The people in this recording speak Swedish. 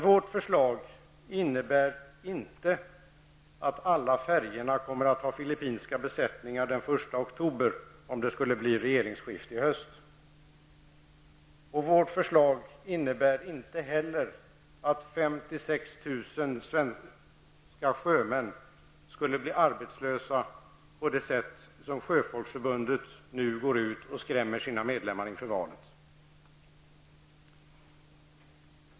Vårt förslag innebär inte att alla färjorna kommer att ha filippinska besättningar den 1 oktober om det skulle bli regeringsskifte i höst. Vårt förslag innebär inte att 5 000--6 000 svenska sjömän skulle bli arbetslösa så som Sjöfolksförbundet nu går ut och skrämmer sina medlemmar inför valet.